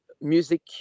music